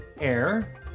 air